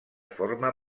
forma